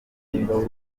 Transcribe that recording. ibitureba